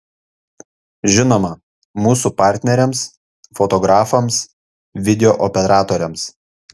žinoma mūsų partneriams fotografams video operatoriams